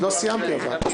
עוד לא סיימתי, אבל.